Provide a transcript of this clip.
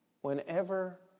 whenever